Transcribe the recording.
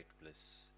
bliss